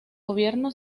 gobierno